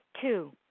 Two